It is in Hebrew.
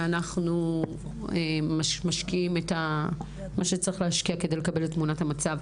שאנחנו משקיעים את מה שצריך להשקיע כדי לקבל את תמונת המצב.